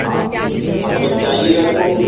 हाँ आप अगर चाहिएगा तो